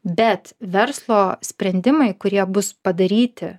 bet verslo sprendimai kurie bus padaryti